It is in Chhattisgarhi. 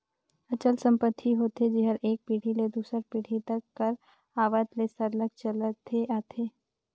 अचल संपत्ति होथे जेहर एक पीढ़ी ले दूसर पीढ़ी तक कर आवत ले सरलग चलते आथे